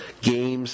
games